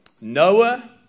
Noah